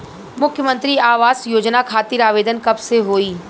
मुख्यमंत्री आवास योजना खातिर आवेदन कब से होई?